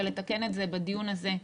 ולתקן את זה בדיון הזה,